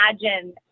imagine